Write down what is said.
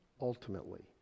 ultimately